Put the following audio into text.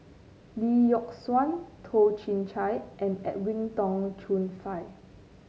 Lee Yock Suan Toh Chin Chye and Edwin Tong Chun Fai